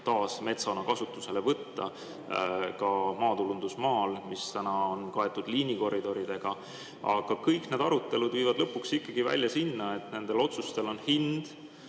taas metsana kasutusele võtta ka maatulundusmaal, mis praegu on kaetud liinikoridoridega. Aga kõik need arutelud viivad lõpuks ikkagi välja sinna, et nendel otsustel on hind,